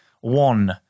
one